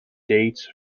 dates